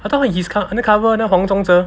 I thought he is undercover 那个黄宗泽